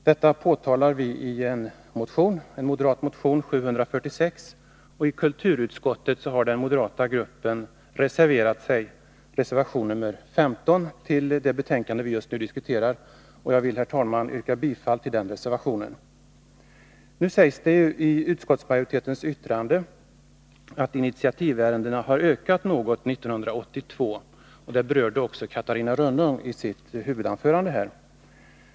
Detta påtalar vi i den moderata motionen 746, och i kulturutskottet har den moderata gruppen reserverat sig — det gäller reservation 15 i det betänkande som vi just nu diskuterar — till förmån för denna motion. Jag vill, herr talman, yrka bifall till den reservationen. Nu sägs det i utskottsmajoritetens yttrande att initiativärendena har ökat något år 1982. Det berörde också Catarina Rönnung i sitt huvudanförande.